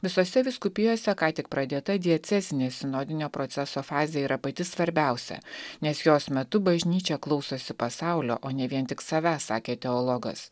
visose vyskupijose ką tik pradėta diecezinė sinodinio proceso fazė yra pati svarbiausia nes jos metu bažnyčia klausosi pasaulio o ne vien tik savęs sakė teologas